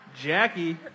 Jackie